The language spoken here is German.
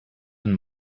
ein